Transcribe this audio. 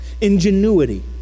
ingenuity